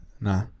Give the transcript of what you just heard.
Nah